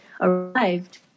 arrived